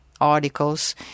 articles